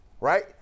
right